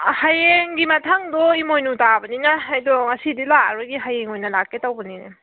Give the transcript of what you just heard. ꯍꯌꯦꯡꯒꯤ ꯃꯊꯪꯗꯨ ꯏꯃꯣꯏꯅꯨ ꯇꯥꯕꯅꯤꯅ ꯑꯩꯗꯣ ꯉꯁꯤꯗꯤ ꯂꯥꯛꯑꯔꯣꯏꯒꯦ ꯍꯌꯦꯡ ꯑꯣꯏꯅ ꯂꯥꯛꯀꯦ ꯇꯧꯕꯅꯤꯅꯦ